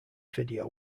video